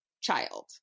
child